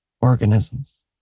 organisms